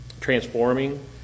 transforming